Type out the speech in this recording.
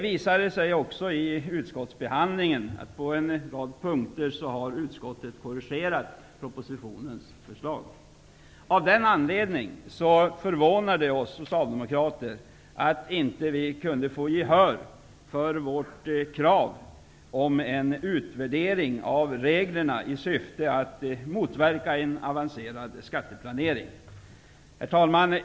Vid utskottsbehandlingen har en del korrigeringar av propositionen gjorts. Av den anledningen förvånar det oss socialdemokrater att vi inte kunde få gehör för vårt krav på en utvärdering av reglerna i syfte att motverka en avancerad skatteplanering. Herr talman!